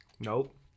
Nope